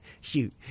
Shoot